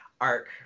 arc